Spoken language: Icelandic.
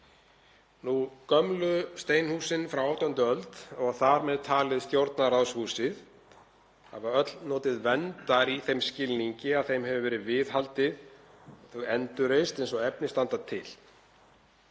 Gömlu steinhúsin frá 18. öld, þar með talið Stjórnarráðshúsið, hafa öll notið verndar í þeim skilningi að þeim hefur verið viðhaldið og þau endurreist eins og efni standa til.